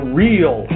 real